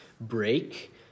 break